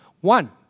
One